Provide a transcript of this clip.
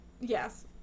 Yes